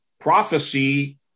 prophecy